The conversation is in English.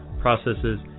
processes